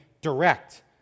direct